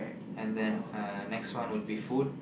and then uh next one would be food